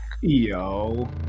yo